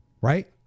right